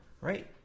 Right